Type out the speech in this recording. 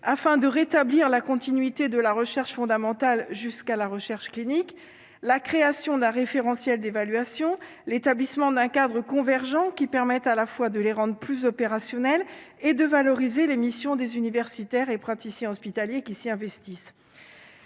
afin de rétablir la continuité de la recherche fondamentale jusqu'à la recherche clinique, la création d'un référentiel d'évaluation, l'établissement d'un cadre convergents qui permettent à la fois de les rendent plus opérationnels et de valoriser les missions des universitaires et praticiens hospitaliers qui s'y investissent,